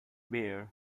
bear